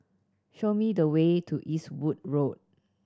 show me the way to Eastwood Road